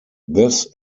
this